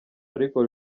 ariko